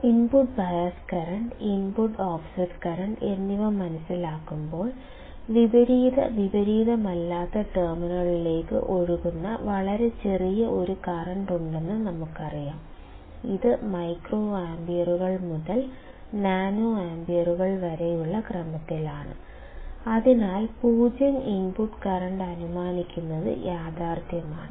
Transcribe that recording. input bias current input offset current എന്നിവ മനസിലാക്കുമ്പോൾ വിപരീത വിപരീതമല്ലാത്ത ടെർമിനലുകളിലേക്ക് ഒഴുകുന്ന വളരെ ചെറിയ ഒരു കറന്റ് ഉണ്ടെന്ന് ഞങ്ങൾക്കറിയാം ഇത് മൈക്രോആംബിയറുകൾ മുതൽ നാനോആംബിയറുകൾ വരെയുള്ള ക്രമത്തിലാണ് അതിനാൽ 0 ഇൻപുട്ട് കറന്റ് അനുമാനിക്കുന്നത് യാഥാർത്ഥ്യമാണ്